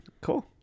Cool